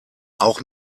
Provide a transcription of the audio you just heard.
auch